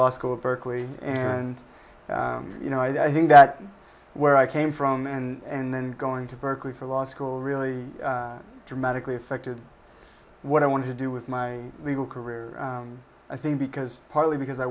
law school berkeley and you know i think that where i came from and then going to berkeley for law school really dramatically affected what i wanted to do with my legal career i think because partly because i